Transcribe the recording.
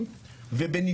אז בוא,